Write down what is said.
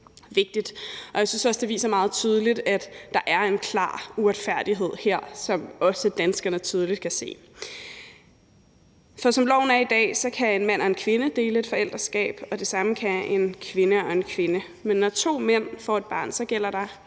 det meget tydeligt viser, at der er en klar uretfærdighed her, som danskerne tydeligt kan se. For som loven er i dag, kan en mand og en kvinde dele et forældreskab, og det samme kan en kvinde og en kvinde, men når to mænd får et barn, gælder der